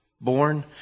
born